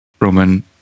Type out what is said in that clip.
Roman